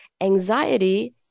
Anxiety